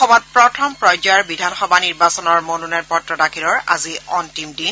অসমত প্ৰথম পৰ্যায়ৰ বিধানসভা নিৰ্বাচনৰ মনোনয়ন পত্ৰ দাখিলৰ আজি অন্তিম দিন